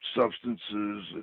Substances